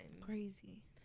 crazy